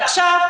עכשיו,